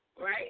Right